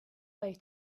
way